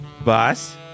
Boss